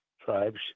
tribes